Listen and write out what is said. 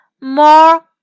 more